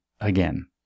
again